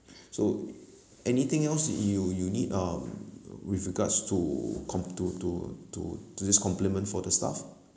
so anything else you you need um with regards to com~ to to to to this compliment for the staff